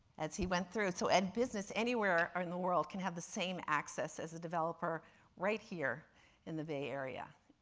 as he went through, so and business anywhere in the world can have the same access as the developer right here in the bay area.